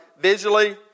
visually